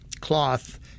cloth